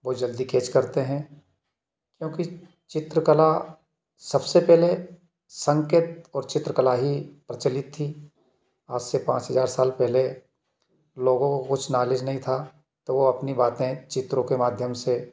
वो जल्दी केच करते हैं क्योंकि चित्रकला सबसे पहले संकेत और चित्रकला ही प्रचलित थी आजसे पाँच हज़ार साल पहले लोगों को कुछ नॉलेज नहीं था तो वो अपनी बातें चित्रों के माध्यम से